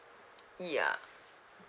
ya